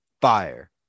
fire